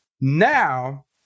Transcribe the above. Now